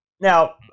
Now